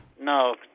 No